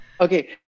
okay